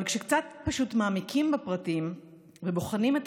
אבל כשקצת מעמיקים בפרטים ובוחנים את